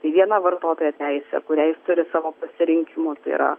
tai viena vartotojo teisė kuria jis turi savo pasirinkimus tai yra